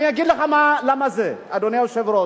אני אגיד לך למה זה, אדוני היושב-ראש.